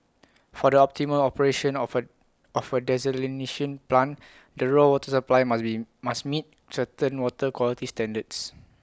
for the optimal operation of A of A desalination plant the raw water supply must be must meet certain water quality standards